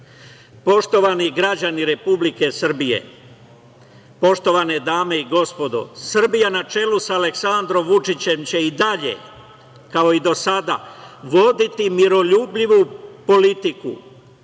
stida. Poštovani građani Republike Srbije, poštovane dame i gospodo, Srbija na čelu sa Aleksandrom Vučićem će i dalje kao i do sada voditi miroljubivu politiku